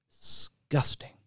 disgusting